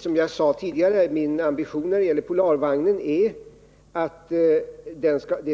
Som jag sade tidigare är min ambition att frågan om Polarvagnen